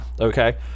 okay